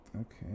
Okay